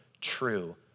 true